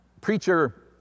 Preacher